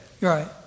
Right